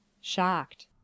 Shocked